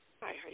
Hi